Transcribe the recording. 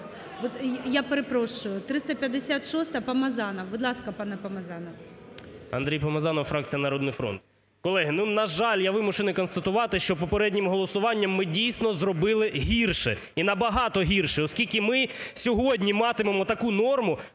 Я перепрошу, 356-а, Помазанов. Будь ласка, пане Помазанов. 13:37:56 ПОМАЗАНОВ А.В. Андрій Помазанов, фракція "Народний фронт". Колеги, на жаль, я вимушений констатувати, що попереднім голосуванням ми, дійсно, зробили гірше і набагато гірше. Оскільки ми сьогодні матимемо таку норму,